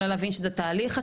אלא להבין שזה תהליך.